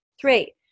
Three